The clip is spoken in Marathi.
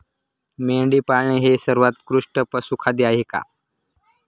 मेंढी पाळणे हे सर्वोत्कृष्ट पशुखाद्य आहे का?